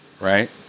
right